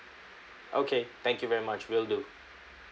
okay thank you very much will do